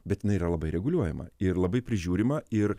bet jinai yra labai reguliuojama ir labai prižiūrima ir